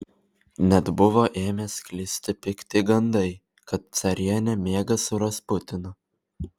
net buvo ėmę sklisti pikti gandai kad carienė miega su rasputinu